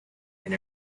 and